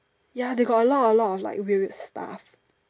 ya they got a lot a lot of weird weird stuff